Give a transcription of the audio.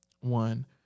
One